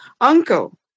uncle